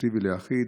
ספורטיבי ליחיד?